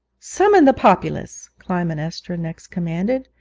summon the populace clytemnestra next commanded,